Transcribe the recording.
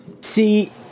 See